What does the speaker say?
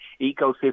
ecosystem